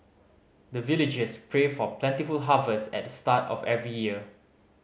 the villagers pray for plentiful harvest at the start of every year